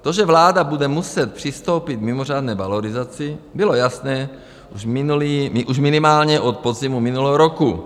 To, že vláda bude muset přistoupit k mimořádné valorizaci, bylo jasné už minimálně od podzimu minulého roku.